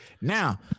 Now